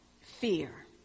fear